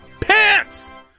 Pants